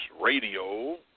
Radio